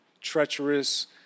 Treacherous